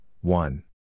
one